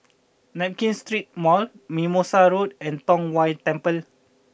Nankin Street Mall Mimosa Road and Tong Whye Temple